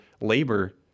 labor